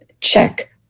check